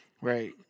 Right